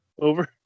Over